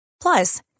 Plus